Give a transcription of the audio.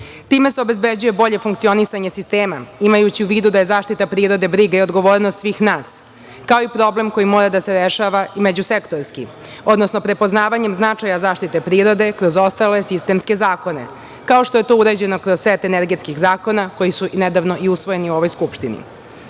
Time se obezbeđuje bolje funkcionisanje sistema, imajući u vidu da je zaštita prirode briga i odgovornost svih nas, kao i problem koji mora da se rešava međusektorski, odnosno prepoznavanjem značaja zaštite prirode kroz ostale sistemske zakona, kao što je to uređeno kroz set energetskih zakona koji su nedavno i usvojeni u ovoj